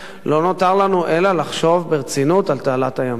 לא נותר לנו אלא לחשוב ברצינות על תעלת הימים.